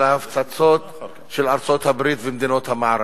ההפצצות של ארצות-הברית ומדינות המערב.